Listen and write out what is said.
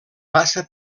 passa